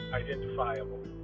identifiable